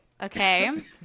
Okay